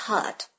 Hurt